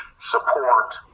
support